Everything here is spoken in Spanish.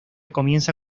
comienza